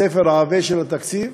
הספר העבה של התקציב,